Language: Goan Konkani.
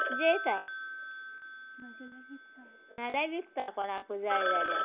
जेयता नाजाल्या विकता कोणाकूय जाय जाल्यार